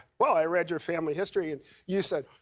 well, i read your family history. and you said,